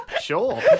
Sure